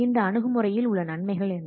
இந்த அணுகுமுறையில் உள்ள நன்மைகள் என்ன